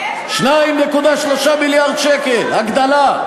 2.3 מיליארד שקל הגדלה.